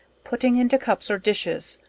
putting into cups or dishes,